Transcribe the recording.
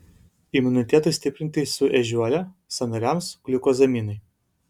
imunitetui stiprinti su ežiuole sąnariams gliukozaminai